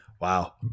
wow